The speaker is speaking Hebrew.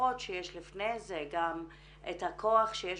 ושוכחות שיש לפני זה גם את הכוח שיש